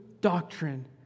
doctrine